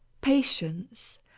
Patience